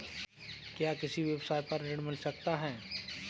क्या किसी व्यवसाय पर ऋण मिल सकता है?